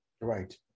right